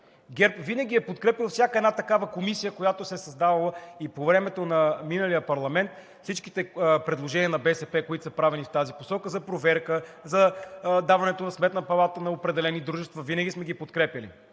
ГЕРБ винаги е подкрепяла всяка една такава комисия, която се е създавала – и по времето на миналия парламент всичките предложения на БСП, които са правени в този посока, за проверка, за даването на Сметната палата на определени дружества, винаги сме ги подкрепяли.